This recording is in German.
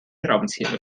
schraubenzieher